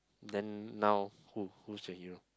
then now who who's that you